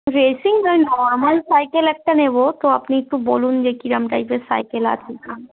racing না ওই normal cycle একটা নেব তো আপনি একটু বলুন যে কীরকম টাইপের সাইকেল আছে এখানে